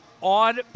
on